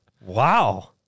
Wow